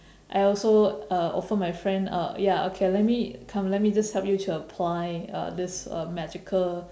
I also uh offered my friend uh ya okay let me come let me just help you to apply uh this uh magical